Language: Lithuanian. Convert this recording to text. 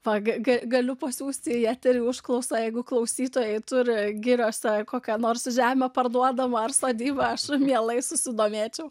va ga ga galiu pasiųsti į eterį užklausą jeigu klausytojai turi giriose kokią nors žemę parduodamą ar sodybą aš mielai susidomėčiau